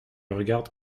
regardes